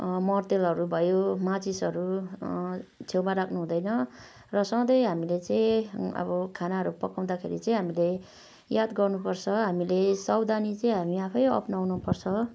मट्टीतेलहरू भयो माचिसहरू छेउमा राख्नु हुँदैन र सधैँ हामीले चाहिँ अब खानाहरू पकाउँदाखेरि चाहिँ हामीले याद गर्नुपर्छ हामीले सावधानी चाहिँ हामी आफै अप्नाउनुपर्छ